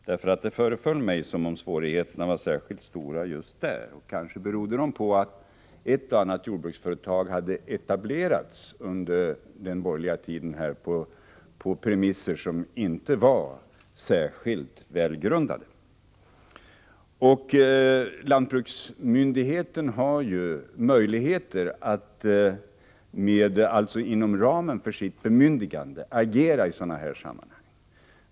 Det föreföll mig nämligen som om svårigheterna var särskilt stora just där, kanske bl.a. beroende på att ett och annat jordbruksföretag hade etablerats under den borgerliga tiden på premisser som inte var särskilt välgrundade. Lantbruksstyrelsen har ju möjligheter att inom ramen för sitt bemyndigande agera i sådana här sammanhang.